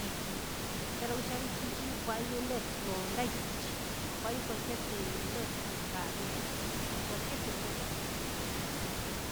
Kin charoguushakin kwayo letr lo ldaꞌ yic̱h kway kwalquier te letr ni xkachoo kwalquier te pues.